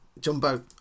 Jumbo